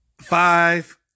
Five